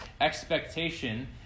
expectation